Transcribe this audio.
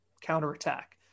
counterattack